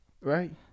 right